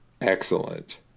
excellent